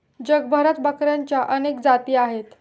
जगभरात बकऱ्यांच्या अनेक जाती आहेत